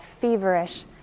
feverish